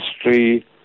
history